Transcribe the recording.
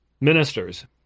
ministers